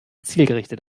zielgerichtet